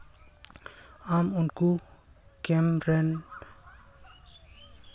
ᱟᱢ ᱩᱱᱠᱩ ᱠᱮᱢ ᱨᱮᱱ